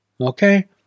Okay